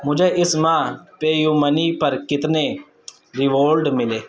مجھے اس ماہ پے یو منی پر کتنے ریوارڈ ملے